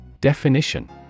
Definition